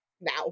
now